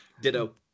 Ditto